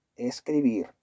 escribir